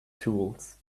tools